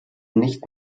nicht